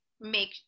make